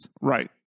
Right